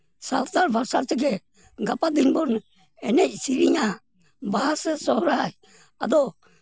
ᱥᱟᱱᱛᱟᱲ ᱵᱷᱟᱥᱟ ᱛᱮᱜᱮ ᱜᱟᱯᱟ ᱫᱤᱱ ᱵᱚᱱ ᱮᱱᱮᱡ ᱥᱮᱨᱮᱧᱟ ᱵᱟᱦᱟ ᱥᱮ ᱥᱚᱨᱦᱟᱭ ᱟᱫᱚ